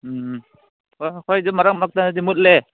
ꯎꯝ ꯍꯣꯏ ꯍꯣꯏ ꯃꯔꯛ ꯃꯔꯛꯇꯗꯤ ꯃꯨꯠꯂꯦ